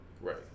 Right